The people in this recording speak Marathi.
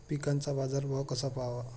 पिकांचा बाजार भाव कसा पहावा?